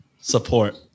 support